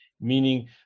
meaning